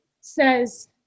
says